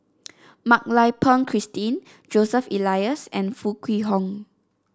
Mak Lai Peng Christine Joseph Elias and Foo Kwee Horng